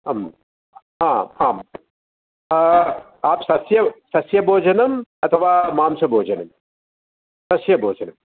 अं हा आम् आप् सस्यौ सस्यभोजनम् अथवा मांसभोजनं सस्यभोजनम्